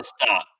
stop